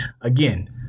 again